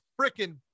freaking